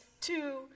two